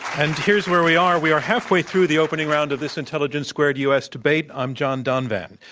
and here's where we are. we are halfway through the opening round of this intelligence squared u. s. debate. i'm john donvan.